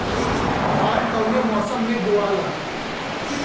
धान कौने मौसम मे बोआला?